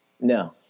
no